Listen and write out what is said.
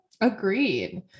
Agreed